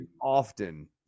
often